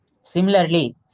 Similarly